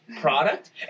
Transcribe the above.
product